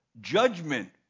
judgment